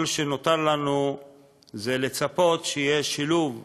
כל שנותר לנו זה לצפות שיהיה שילוב כוחות,